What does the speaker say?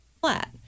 flat